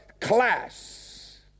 class